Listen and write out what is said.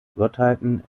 gottheiten